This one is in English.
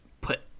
put